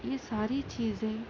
یہ ساری چیزیں